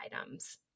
items